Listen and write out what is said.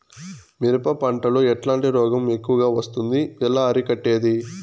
మిరప పంట లో ఎట్లాంటి రోగం ఎక్కువగా వస్తుంది? ఎలా అరికట్టేది?